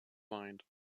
mind